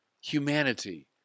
humanity